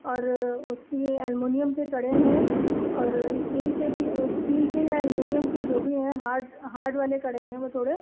اور اس کی یہ المونیم کے کڑے ہیں اور اسٹیل کے بھی اسٹیل کے یا المونیم کے جو بھی ہیں ہاڈ ہاڈ والے کڑے ہیں وہ تھوڑے